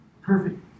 Perfect